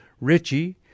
Richie